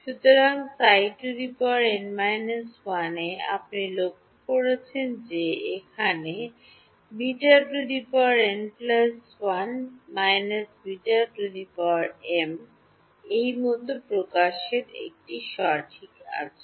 সুতরাং Ψ n−1 এ আপনি লক্ষ্য করেছেন যে এখানে এই মত প্রকাশের একটি সঠিক আছে